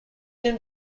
seem